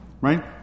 Right